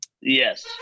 Yes